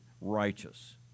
righteous